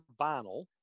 vinyl